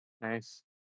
Nice